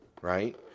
right